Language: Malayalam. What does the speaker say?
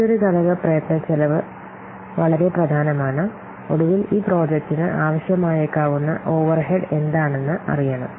മറ്റൊരു ഘടകം പ്രയത്നച്ചെലവ് അത് വളരെ പ്രധാനമാണ് ഒടുവിൽ ഈ പ്രോജക്റ്റിന് ആവശ്യമായേക്കാവുന്ന ഓവർഹെഡ് എന്താണെന്ന് അറിയണം